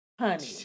Honey